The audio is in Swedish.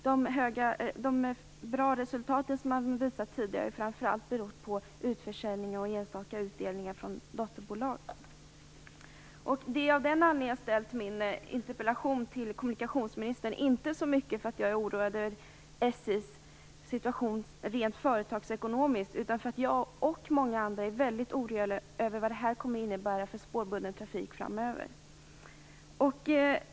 De bra resultat som visats tidigare har framför allt berott på utförsäljning och enstaka utdelningar från dotterbolag. Det är av den anledningen jag har ställt min interpellation till kommunikationsministern. Det beror inte så mycket på att jag är oroad över SJ:s situation rent företagsekonomiskt, utan på att jag och många andra är väldigt oroade över vad det kommer att innebära för spårbunden trafik framöver.